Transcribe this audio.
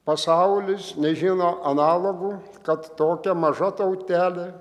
pasaulis nežino analogų kad tokia maža tautelė